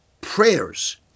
prayers